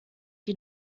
die